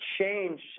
change